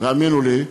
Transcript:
האמינו לי,